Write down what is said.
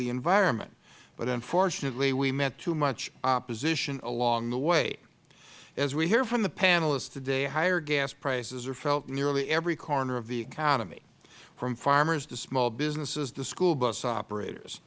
the environment but unfortunately we met too much opposition along the way as we hear from the panelists today higher gas prices are felt nearly every corner of the economy from farmers to small businesses to school bus operators